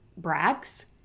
brags